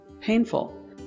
painful